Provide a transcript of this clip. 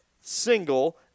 single